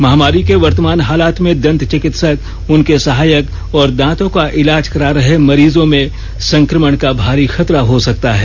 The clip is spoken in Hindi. महामारी के वर्तमान हालात में दंत चिकित्सक उनके सहायक और दांतों का इलाज करा रहे मरीजों में संक्रमण का भारी खतरा हो सकता है